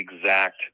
exact